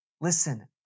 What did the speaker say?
Listen